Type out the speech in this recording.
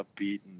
upbeat